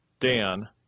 Dan